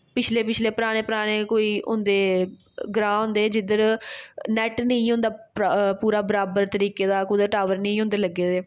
पिछले पिछले पराने पराने कोई होंदे ग्रांऽ होंदे जिद्धर नैट नेईं होंदा पूरा बराबर तरीके दा कुदै टावर नेईं होंदे लग्गे दे